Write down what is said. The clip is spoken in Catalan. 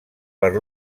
per